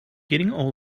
all